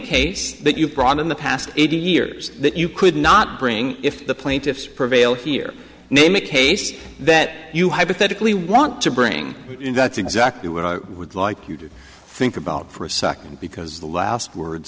case that you've brought in the past eighty years that you could not bring if the plaintiffs prevail here name a case that you hypothetically want to bring in that's exactly what i would like you to think about for a second because the last words